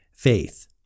faith